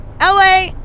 LA